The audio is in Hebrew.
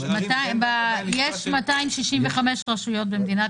יש 265 רשויות במדינת ישראל.